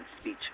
speech